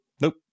nope